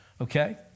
Okay